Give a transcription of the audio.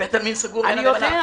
אני יודע.